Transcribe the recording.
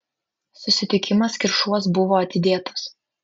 susitikimas kiršuos buvo atidėtas